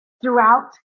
throughout